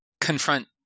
confront